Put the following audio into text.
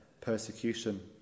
persecution